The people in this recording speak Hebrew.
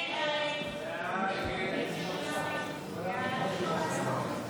הסתייגות 15 לא נתקבלה.